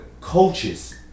coaches